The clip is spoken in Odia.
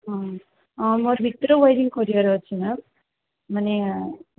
ହଁ ମୋର ଭିତର ୱାରିଙ୍ଗ୍ କରିବାର ଅଛି ମ୍ୟାମ୍ ମାନେ